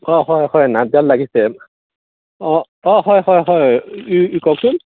অঁ হয় হয় নাটগাঁৱত লাগিছে অঁ অঁ হয় হয় হয় কি কওকচোন